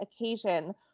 occasion